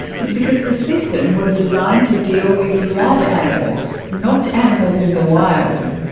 it's because the system was designed to deal with lab animals, not animals in the wild.